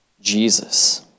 Jesus